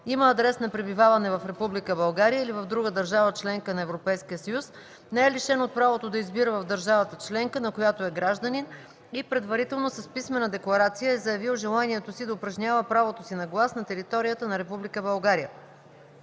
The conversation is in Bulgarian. има адрес на пребиваване в Република България или в друга държава – членка на Европейския съюз, не е лишен от правото да избира в държавата членка, на която е гражданин, и предварително с писмена декларация е заявил желанието си да упражни правото си на глас на територията на